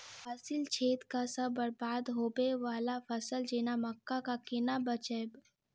फली छेदक सँ बरबाद होबय वलासभ फसल जेना मक्का कऽ केना बचयब?